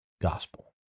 gospel